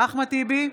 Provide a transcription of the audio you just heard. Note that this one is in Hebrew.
אחמד טיבי,